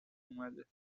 اومده